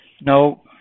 No